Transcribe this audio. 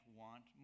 want